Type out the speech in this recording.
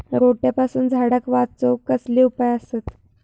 रोट्यापासून झाडाक वाचौक कसले उपाय आसत?